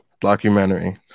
documentary